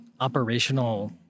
operational